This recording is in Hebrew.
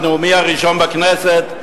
בנאומי הראשון בכנסת,